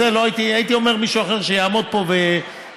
הייתי אומר שמישהו אחר שיעמוד פה ויענה.